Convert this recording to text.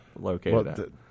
located